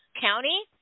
County